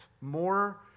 more